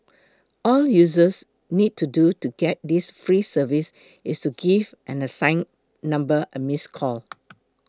all users need to do to get this free service is to give an assign number a miss call